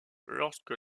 lorsque